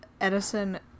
Edison